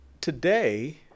today